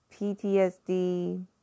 PTSD